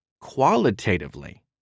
qualitatively